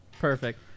perfect